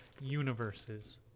Universes